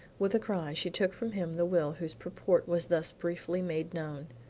with a cry she took from him the will whose purport was thus briefly made known.